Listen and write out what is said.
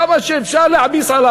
כמה שאפשר להעמיס עליו.